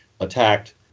attacked